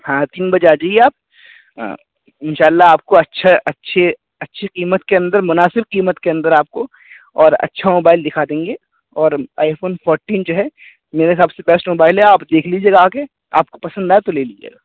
ہاں تین بجے آ جائیے آپ ان شاء اللہ آپ کو اچھا اچھے اچھی قیمت کے اندر مناسب قیمت کے اندر آپ کو اور اچھا موبائل دکھا دیں گے اور آئی فون فورٹین جو ہے میرے حساب سے بیسٹ موبائل ہے آپ دیکھ لیجیے آ کے آپ کو پسند آئے تو لیجیے گا